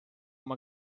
oma